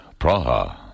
Praha